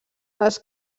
els